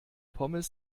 pommes